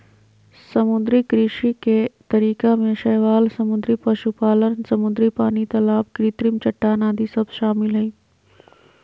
समुद्री कृषि के तरीका में शैवाल समुद्री पशुपालन, समुद्री पानी, तलाब कृत्रिम चट्टान आदि सब शामिल हइ